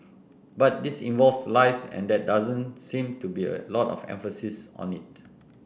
but this involves lives and there doesn't seem to be a lot of emphasis on it